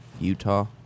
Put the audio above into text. Utah